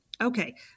Okay